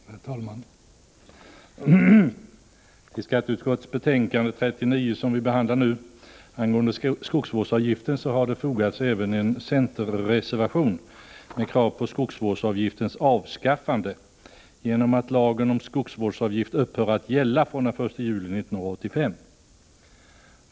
Herr talman! Till skatteutskottets betänkande 39 angående skogsvårdsavgiften har det fogats en centerreservation med krav på skogsvårdsavgiftens avskaffande genom att lagen om skogsvårdsavgift upphör att gälla från den 1 juli 1985.